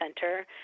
Center